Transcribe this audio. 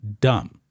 dumb